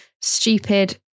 stupid